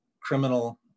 criminal